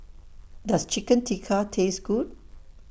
Does Chicken Tikka Taste Good